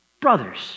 brothers